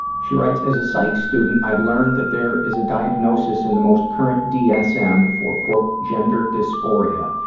she writes, as a psych student, i learned that there is a diagnosis in the most current dsm for, quote, gender dysphoria,